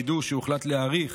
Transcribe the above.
ידעו שהוחלט להאריך